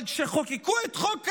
אבל כשחוקקו את חוק הלאום,